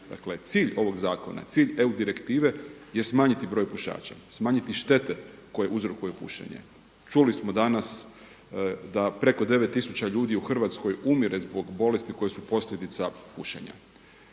cilj ovog zakona je, cilj EU direktive je smanjiti broj pušača, smanjiti štete koje uzrokuje pušenje. Čuli smo danas da preko 9000 ljudi u Hrvatskoj umire zbog bolesti koje su posljedica pušenja.